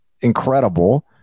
incredible